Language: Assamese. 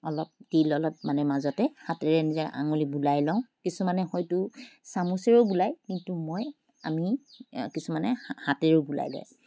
অলপ তিল অলপ মানে মাজতে হাতেৰে আঙুলি ঘূৰাই লওঁ কিছুমানে সেইটো চামুচেৰেও বুলায় কিন্তু মই আমি কিছুমানে হা হাতেৰেও বুলায়